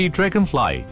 Dragonfly